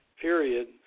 period